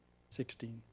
sixteen,